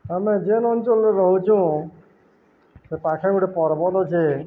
ଆମେ ଯେନ୍ ଅଞ୍ଚଲରେ ରହୁଛୁ ସେ ପାଖରେ ଗୋଟେ ପର୍ବତ ଅଛେ